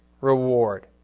reward